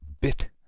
bit